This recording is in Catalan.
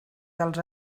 dels